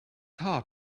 hard